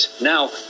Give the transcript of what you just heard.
Now